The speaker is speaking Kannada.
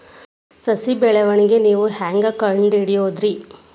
ಸಸಿ ಬೆಳವಣಿಗೆ ನೇವು ಹ್ಯಾಂಗ ಕಂಡುಹಿಡಿಯೋದರಿ?